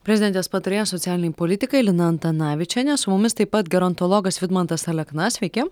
prezidentės patarėja socialinei politikai lina antanavičienė su mumis taip pat gerontologas vidmantas alekna sveiki